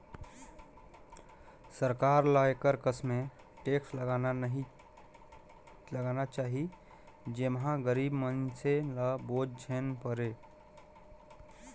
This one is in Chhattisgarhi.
सरकार ल एकर कस में टेक्स लगाना चाही जेम्हां गरीब मइनसे ल बोझ झेइन परे